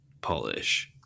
polish